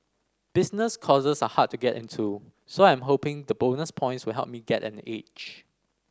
business courses are hard to get into so I am hoping the bonus points will help me get an edge